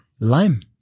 Lime